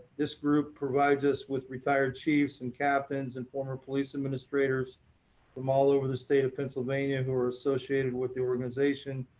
this group provides us with retired chiefs and captains and former police administrators from all over the state of pennsylvanians who are associated with the organization.